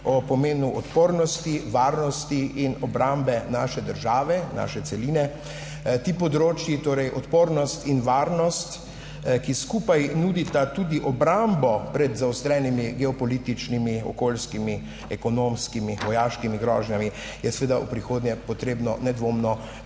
o pomenu odpornosti, varnosti in obrambe naše države, naše celine. Ti področji, torej odpornost in varnost, ki skupaj nudita tudi obrambo pred zaostrenimi geopolitičnimi, okoljskimi, ekonomskimi, vojaškimi grožnjami je seveda v prihodnje potrebno nedvomno krepiti.